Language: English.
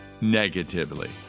negatively